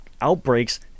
outbreaks